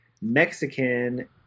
Mexican